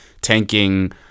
tanking